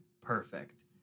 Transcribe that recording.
Perfect